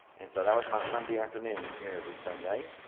and so that was my sunday afternoon every sunday.